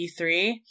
E3